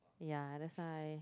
yeah that's why